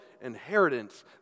inheritance